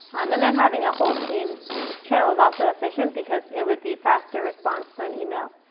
um and then having a whole team channel was also efficient, because it would be faster response than email.